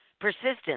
Persistence